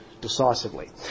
decisively